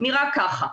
נראה כך.